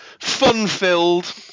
fun-filled